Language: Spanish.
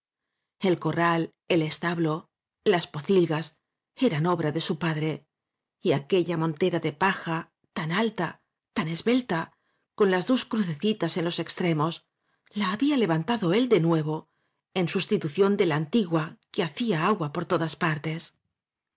el corral el establo las pocilgas eran obra de su padre y aquella montera de paja tan alta tan esbelta con las dos crucecitas en los extremos la había levantado él de nuevo en sustitución de la antigua que hacía agua por todas partes